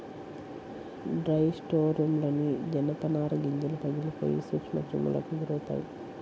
dry స్టోర్రూమ్లోని జనపనార గింజలు పగిలిపోయి సూక్ష్మక్రిములకు గురవుతాయి